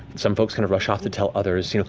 some folks kind of rush off to tell others, you know